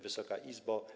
Wysoka Izbo!